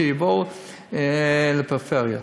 שיבואו לפריפריה.